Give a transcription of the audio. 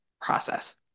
process